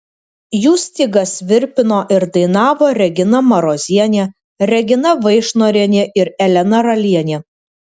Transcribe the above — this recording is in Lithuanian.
jų stygas virpino ir dainavo regina marozienė regina vaišnorienė ir elena ralienė